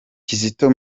kizito